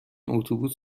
اتوبوس